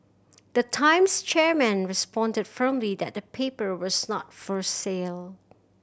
the Times chairman responded firmly that the paper was not for sale